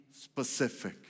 specific